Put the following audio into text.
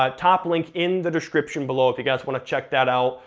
ah top link in the description below, if you guys wanna check that out.